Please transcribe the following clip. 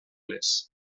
les